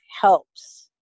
helps